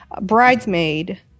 Bridesmaid